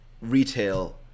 retail